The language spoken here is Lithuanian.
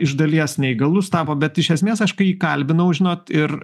iš dalies neįgalus tapo bet iš esmės aš kai jį kalbinau žinot ir